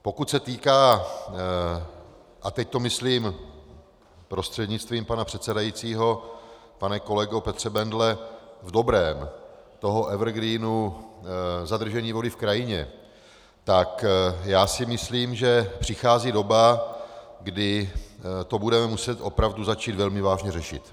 Pokud se týká a teď to myslím, prostřednictvím pana předsedajícího pane kolego Petře Bendle, v dobrém toho evergreenu zadržení vody v krajině, tak já si myslím, že přichází doba, kdy to budeme muset opravdu začít velmi vážně řešit.